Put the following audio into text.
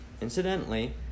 Incidentally